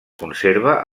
conserva